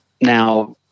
now